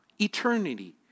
eternity